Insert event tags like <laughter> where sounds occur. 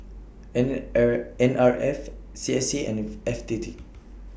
N R N R F C S C and <noise> F T T